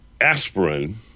aspirin